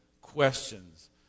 questions